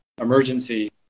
emergency